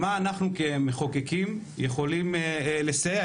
במה אנחנו כמחוקקים יכולים לסייע?